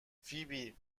فیبی